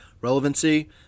relevancy